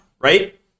right